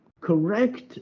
correct